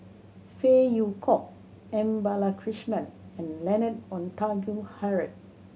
Phey Yew Kok M Balakrishnan and Leonard Montague Harrod